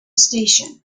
station